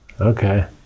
Okay